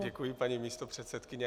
Děkuji, paní místopředsedkyně.